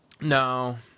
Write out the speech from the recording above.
No